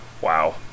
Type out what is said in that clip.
Wow